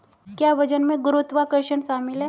क्या वजन में गुरुत्वाकर्षण शामिल है?